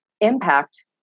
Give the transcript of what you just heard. impact